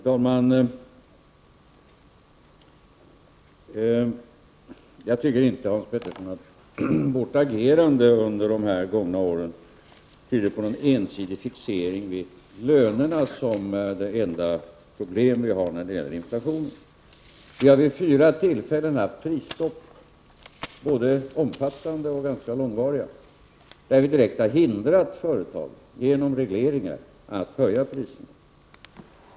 Herr talman! Jag tycker inte, Hans Petersson, att vårt agerande under de gångna åren tyder på någon ensidig fixering vid lönerna, såsom det enda problemet när det gäller inflationen. Vid fyra tillfällen har vi haft prisstopp — som har varit både omfattande och långvariga — där vi genom regleringar direkt har hindrat företagen att höja priserna.